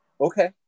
okay